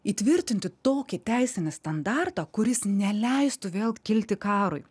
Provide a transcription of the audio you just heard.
įtvirtinti tokį teisinį standartą kuris neleistų vėl kilti karui